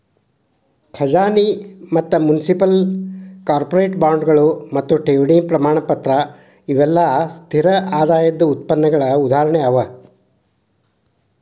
ಖಜಾನಿ ಮತ್ತ municipal, corporate ಬಾಂಡ್ಗಳು ಮತ್ತು ಠೇವಣಿ ಪ್ರಮಾಣಪತ್ರ ಇವೆಲ್ಲಾ ಸ್ಥಿರ ಆದಾಯದ್ ಉತ್ಪನ್ನಗಳ ಉದಾಹರಣೆ ಅವ